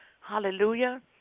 Hallelujah